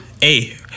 hey